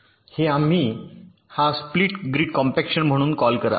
हे आम्ही हा स्प्लिट ग्रीड कॉम्पॅक्शन म्हणून कॉल करा